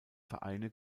vereine